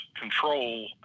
control